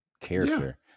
Character